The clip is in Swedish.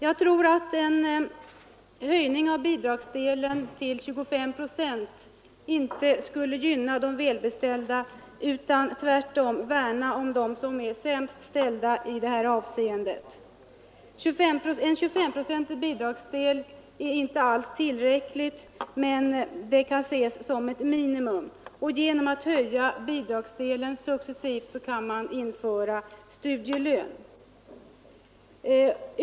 Jag tror att en höjning av bidragsdelen till 25 procent inte speciellt skulle gynna de välbeställda utan tvärtom värna om dem som har det sämst i det här avseendet. En 25-procentig bidragsdel är inte alls tillräcklig, men den kan ses som ett minimum. Genom att höja bidragsdelen successivt kan man sedan införa studielön.